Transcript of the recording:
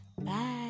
Bye